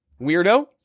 weirdo